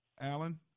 Alan